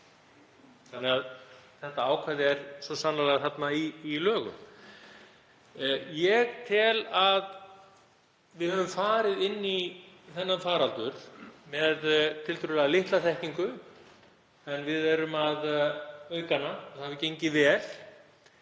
er.“ Þetta ákvæði er svo sannarlega í lögum. Ég tel að við höfum farið inn í þennan faraldur með tiltölulega litla þekkingu en við erum að auka hana. Það hefur gengið vel.